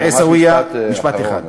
רק משפט אחרון.